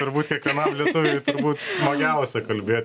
turbūt kiekvienam lietuviui turbūt smagiausia kalbė